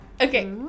Okay